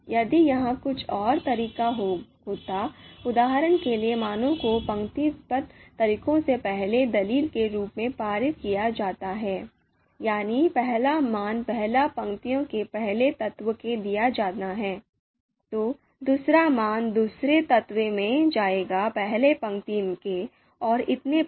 यदि यह कुछ और तरीका होता उदाहरण के लिए मानों को पंक्तिबद्ध तरीके से पहली दलील के रूप में पारित किया जाता है यानी पहला मान पहली पंक्ति के पहले तत्व में दिया जाना है तो दूसरा मान दूसरे तत्व में जाएगा पहली पंक्ति के और इतने पर